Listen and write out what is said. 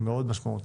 מאוד משמעותית.